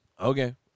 Okay